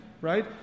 right